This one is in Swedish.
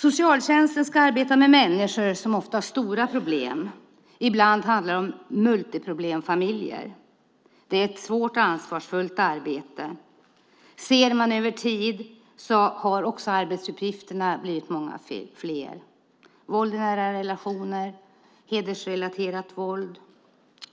Socialtjänsten ska arbeta med människor som ofta har stora problem. Ibland handlar det om multiproblemfamiljer. Det är ett svårt och ansvarsfullt arbete. Ser man över tid har arbetsuppgifterna blivit många fler. Våld i nära relationer, hedersrelaterat våld